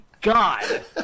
God